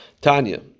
Tanya